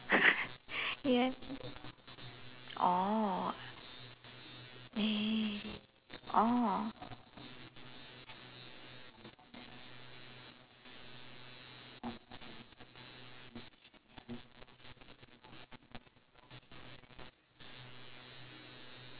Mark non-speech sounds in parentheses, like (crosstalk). (laughs) yeah oh uh oh